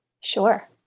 Sure